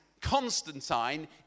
Constantine